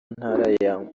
ntara